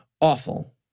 awful